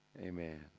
Amen